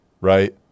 right